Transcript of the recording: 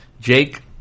Jake